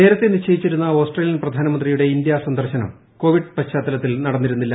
നേരത്തെ നിശ്ചയിച്ചിരുന്ന ഓസ്ട്രേലിയൻ പ്രധാനമന്ത്രിയുടെ ഇന്ത്യ സന്ദർശനം കോവിഡ് പശ്ചാത്തലത്തിൽ നടന്നിരുന്നില്ല